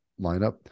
lineup